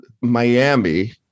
Miami